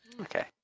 Okay